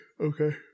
Okay